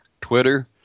Twitter